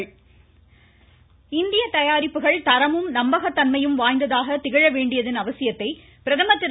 பிரதமர் இந்திய தயாரிப்புகள் தரமும் நம்பகதன்மையும் வாய்ந்ததாக திகழ வேண்டியதன் அவசியத்தை பிரதமர் திரு